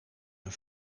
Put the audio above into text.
een